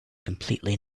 completely